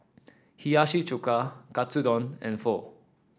Hiyashi Chuka Katsudon and Pho